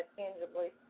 tangibly